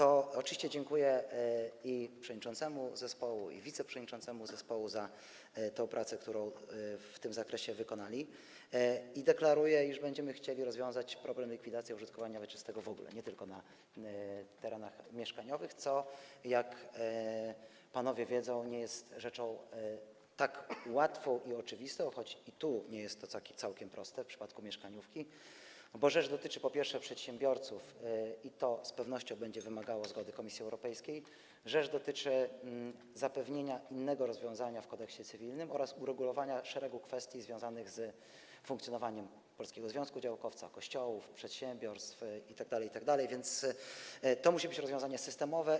Oczywiście dziękuję i przewodniczącemu zespołu, i wiceprzewodniczącemu zespołu za pracę, jaką w tym zakresie wykonali, i deklaruję, iż będziemy chcieli rozwiązać problemy dotyczące likwidacji użytkowania wieczystego w ogóle, nie tylko na terenach mieszkaniowych, co, jak panowie wiedzą, nie jest rzeczą tak łatwą i oczywistą, choć i tu nie jest to całkiem proste w przypadku mieszkaniówki, bo rzecz dotyczy, po pierwsze, przedsiębiorców, i to z pewnością będzie wymagało zgody Komisji Europejskiej, i rzecz dotyczy zapewnienia innego rozwiązania w Kodeksie cywilnym oraz uregulowania szeregu kwestii związanych z funkcjonowaniem Polskiego Związku Działkowców, kościołów, przedsiębiorstw itd., itd., a więc to musi być rozwiązanie systemowe.